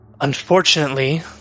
Unfortunately